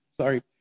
sorry